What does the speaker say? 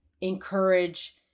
encourage